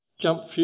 Jump